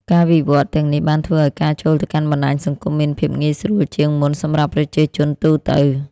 ការវិវឌ្ឍន៍ទាំងនេះបានធ្វើឲ្យការចូលទៅកាន់បណ្តាញសង្គមមានភាពងាយស្រួលជាងមុនសម្រាប់ប្រជាជនទូទៅ។